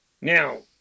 Now